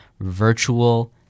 virtual